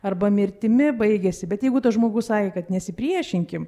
arba mirtimi baigėsi bet jeigu tas žmogus sakė kad nesipriešinkim